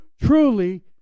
truly